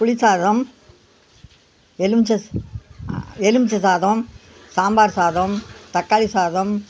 புளிசாதம் எலுமிச்சை எலுமிச்சை சாதம் சாம்பார் சாதம் தக்காளி சாதம்